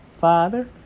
Father